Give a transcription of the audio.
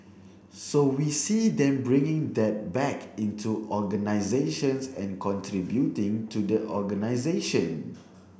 so we see them bringing that back into organisations and contributing to the organisation